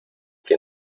que